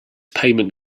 payment